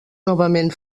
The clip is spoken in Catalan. novament